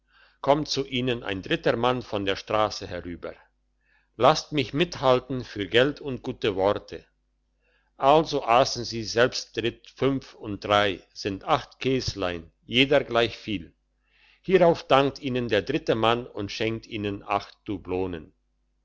kommt zu ihnen ein dritter mann von der strasse herüber lasst mich mithalten für geld und gute worte also assen sie selbdritt fünf und drei sind acht käslein jeder gleichviel hierauf dankt ihnen der dritte mann und schenkt ihnen acht